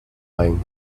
time